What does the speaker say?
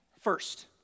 first